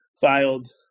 filed